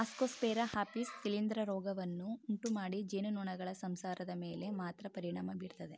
Ascosphaera ಆಪಿಸ್ ಶಿಲೀಂಧ್ರ ರೋಗವನ್ನು ಉಂಟುಮಾಡಿ ಜೇನುನೊಣಗಳ ಸಂಸಾರದ ಮೇಲೆ ಮಾತ್ರ ಪರಿಣಾಮ ಬೀರ್ತದೆ